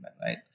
right